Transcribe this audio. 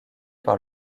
par